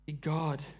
God